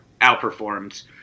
outperformed